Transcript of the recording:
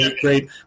great